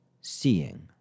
seeing